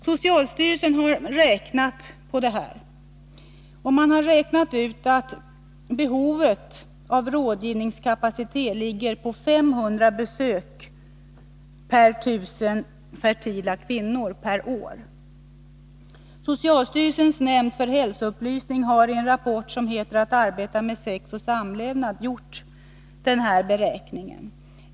Socialstyrelsen har beräknat att behovet av rådgivningskapacitet ligger på 500 besök årligen per 1000 fertila kvinnor. Socialstyrelsens nämnd för hälsoupplysning har i en rapport, som heter Att arbeta med sex och samlevnad, gjort denna beräkning.